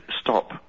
stop